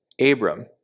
Abram